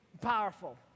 powerful